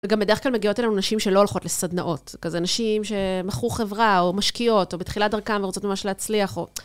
וגם בדרך כלל מגיעות אלינו נשים שלא הולכות לסדנאות, כזה נשים שמכרו חברה או משקיעות או בתחילת דרכן או רוצות ממש להצליח או...